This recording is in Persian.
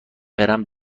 برم